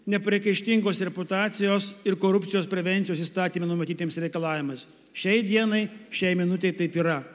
nepriekaištingos reputacijos ir korupcijos prevencijos įstatyme numatytiems reikalavimas šiai dienai šiai minutei taip yra